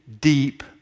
deep